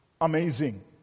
amazing